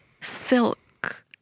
silk